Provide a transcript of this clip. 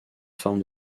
forme